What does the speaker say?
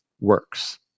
works